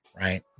right